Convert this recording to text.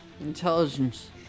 Intelligence